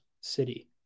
City